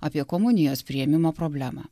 apie komunijos priėmimo problemą